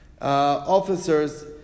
officers